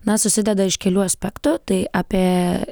na susideda iš kelių aspektų tai apie